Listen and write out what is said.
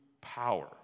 power